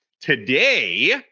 Today